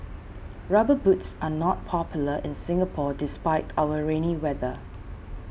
rubber boots are not popular in Singapore despite our rainy weather